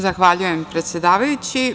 Zahvaljujem, predsedavajući.